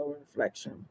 Reflection